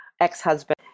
ex-husband